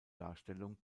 darstellung